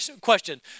question